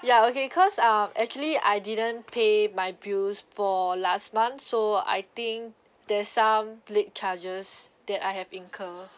ya okay cause um actually I didn't pay my bills for last month so I think there's some late charges that I have incur